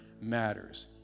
matters